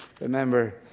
Remember